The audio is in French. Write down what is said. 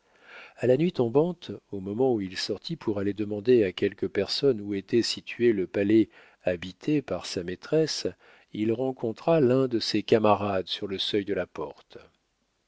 a la nuit tombante au moment où il sortit pour aller demander à quelques personnes où était situé le palais habité par sa maîtresse il rencontra l'un de ses camarades sur le seuil de la porte